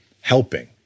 helping